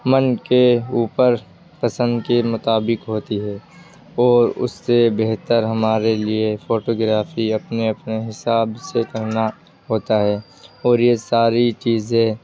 من کے اوپر پسند کی مطابق ہوتی ہے اور اس سے بہتر ہمارے لیے فوٹوگرافی اپنے اپنے حساب سے کرنا ہوتا ہے اور یہ ساری چیزیں